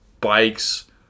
Bikes